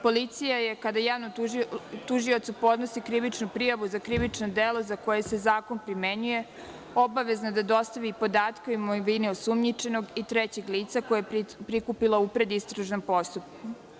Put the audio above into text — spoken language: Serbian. Policija je, kada javnom tužiocu podnosi krivičnu prijavu za krivično delo za koje se zakon primenjuje, obavezna da dostavi podatke o imovini osumnjičenog i trećeg lica koje je prikupila u predistražnom postupku.